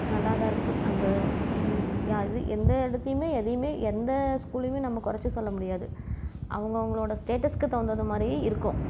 நல்லாதான் இருக்குது அந்த அது எந்த இடத்தையுமே எதையுமே எந்த ஸ்கூலையுமே நம்ம குறச்சி சொல்ல முடியாது அவங்க அவங்களோட ஸ்டேட்டஸ்க்கு தகுந்தது மாதிரியும் இருக்கும்